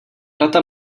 data